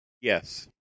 Yes